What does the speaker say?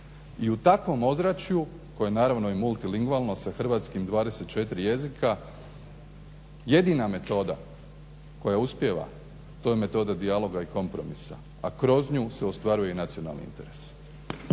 I u takvom ozračju koje je naravno i multilingvalno sa hrvatskim 24 jezika, jedina metoda koja uspijeva to je metoda dijaloga i kompromisa a kroz nju se ostvaruju i nacionalni interes.